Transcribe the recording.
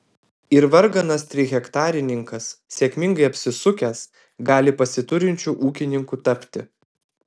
ir varganas trihektarininkas sėkmingai apsisukęs gali pasiturinčiu ūkininku tapti